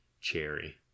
cherry